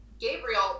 Gabriel